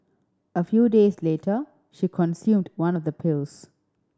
a few days later she consumed one of the pills